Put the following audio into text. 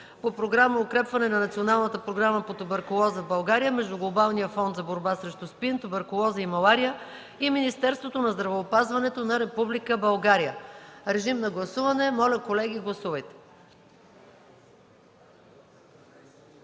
по Програма „Укрепване на националната програма по туберкулоза в България” между Глобалния фонд за борба срещу СПИН, туберкулоза и малария и Министерството на здравеопазването на Република България. Моля, гласувайте.